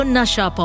Nasha